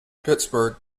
pittsburgh